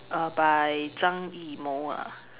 uh by zhang-yimou ah